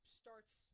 starts